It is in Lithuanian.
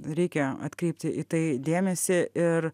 reikia atkreipti į tai dėmesį ir